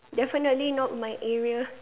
definitely not my area